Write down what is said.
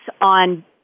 on